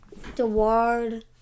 DeWard